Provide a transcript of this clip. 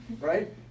right